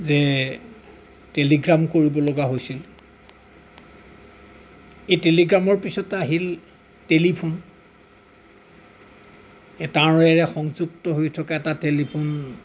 যে টেলিগ্ৰাম কৰিবলগা হৈছিল এই টেলিগ্ৰামৰ পিছতে আহিল টেলিফোন এ তাঁৰৰে সংযুক্ত হৈ থকা এটা টেলিফোন